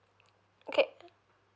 okay